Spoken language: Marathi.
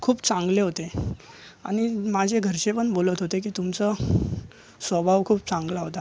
खूप चांगले होते आणि माझे घरचे पण बोलत होते की तुमचं स्वभाव खूप चांगला होता